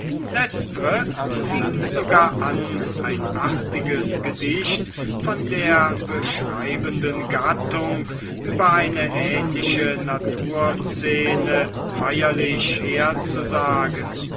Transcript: letztre fing sogar an ein artiges gedicht von der beschreibenden gattung über eine ähnliche naturszene feierlich